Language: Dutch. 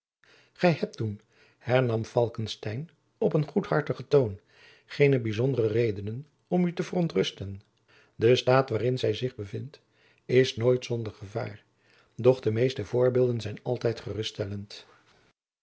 gij hebt toen hernam falckestein op een goedhartigen toon geene bijzondere redenen om u te verontrusten de staat waarin zij zich bevindt is nooit zonder gevaar doch de meeste voorbeelden zijn altijd geruststellend